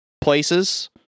places